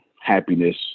happiness